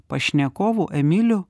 pašnekovų emiliu